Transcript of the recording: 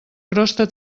crosta